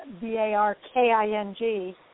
B-A-R-K-I-N-G